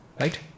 right